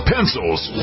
Pencils